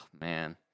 man